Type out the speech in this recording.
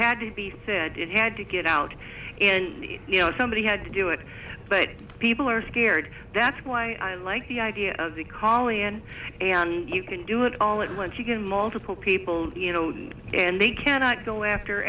had to be said it had to get out and you know somebody had to do it but people are scared that's why i like the idea of the colony and you can do it all at once you can multiple people you know and they cannot go after